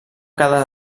quedar